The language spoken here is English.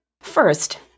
First